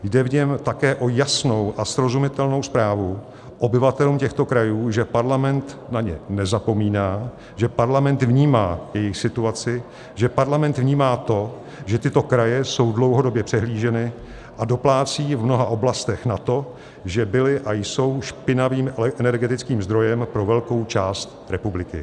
Jde v něm také o jasnou a srozumitelnou zprávu obyvatelům těchto krajů, že parlament na ně nezapomíná, že parlament vnímá jejich situaci, že parlament vnímá to, že tyto kraje jsou dlouhodobě přehlíženy a doplácejí v mnoha oblastech na to, že byly a jsou špinavým energetickým zdrojem pro velkou část republiky.